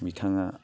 बिथाङा